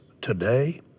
today